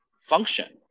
function